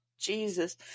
Jesus